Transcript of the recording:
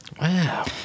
Wow